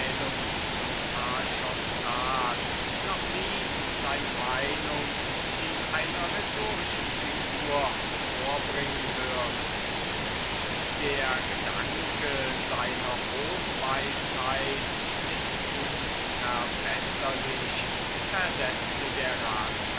zum archontat noch nie seine meinung in einer rhetorischen figur vorbringen hören der gedanke seiner hochweisheit ist unverbesserlich versetzte der